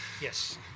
Yes